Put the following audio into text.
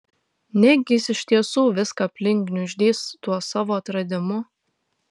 negi jis iš tiesų viską aplink gniuždys tuo savo atradimu